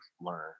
learn